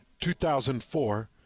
2004